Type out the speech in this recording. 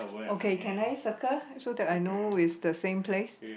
okay can I circle so that I know is the same place